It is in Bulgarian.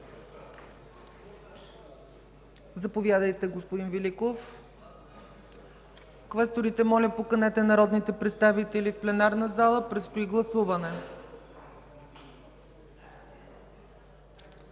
Заповядайте, господин Великов. Квесторите, моля поканете народните представители в пленарната зала. Предстои гласуване.